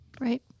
Right